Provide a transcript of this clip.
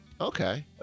okay